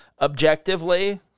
objectively